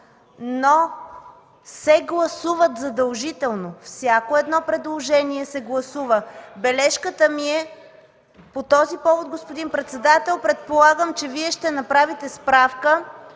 но се гласуват задължително! Всяко едно предложение се гласува. Бележката ми е по този повод, господин председател. Предполагам, че Вие ще направите справка